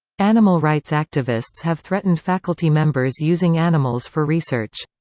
animal-rights activists have threatened faculty members using animals for research.